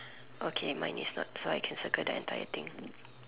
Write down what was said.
okay mine is not so I can circle the entire thing